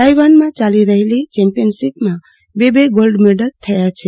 તાઈવાનમાં ચાલી રહેલી ચેમ્પિયનશીપમાં બે બે ગોલ્ડ મેડલ થયા છે